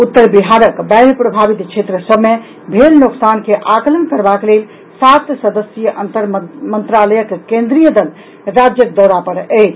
उत्तर बिहारक बाढ़ि प्रभावित क्षेत्र सभ मे भेल नोकसान के आकलन करबाक लेल सात सदस्यीय अंतर मंत्रालयक केन्द्रीय दल राज्यक दौरा पर अछि